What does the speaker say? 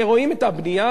הרי רואים את הבנייה,